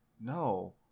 No